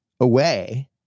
away